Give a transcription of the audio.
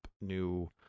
new